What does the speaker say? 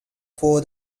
for